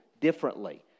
differently